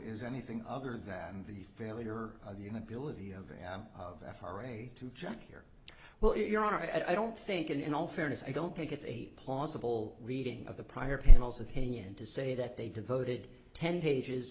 is anything other than the failure of the inability of am f r a to judge here well your honor i don't think in all fairness i don't think it's a plausible reading of the prior panel's opinion to say that they devoted ten pages